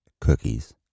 cookies